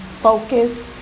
focus